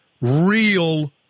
real